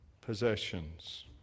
possessions